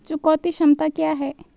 चुकौती क्षमता क्या है?